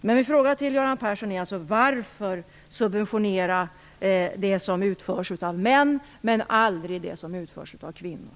Min fråga till Göran Persson är alltså: Varför subventionera det som utförs av män men aldrig subventionera det som utförs av kvinnor?